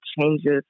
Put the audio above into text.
changes